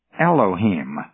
Elohim